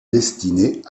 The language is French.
destinées